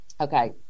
okay